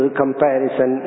comparison